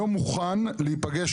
לא מוכן להיפגש,